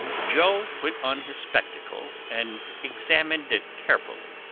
joe put on his spectacles and examined it carefully.